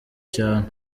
cyane